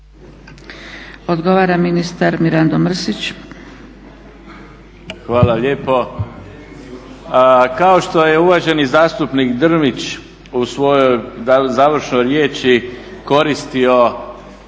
Odgovara ministar Mirando Mrsić.